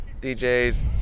DJs